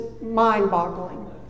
mind-boggling